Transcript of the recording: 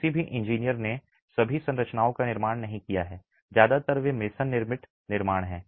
किसी भी इंजीनियर ने इन सभी संरचनाओं का निर्माण नहीं किया है ज्यादातर वे मेसन निर्मित निर्माण हैं